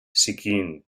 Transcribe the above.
sikkim